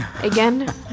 again